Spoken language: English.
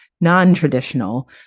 non-traditional